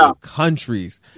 countries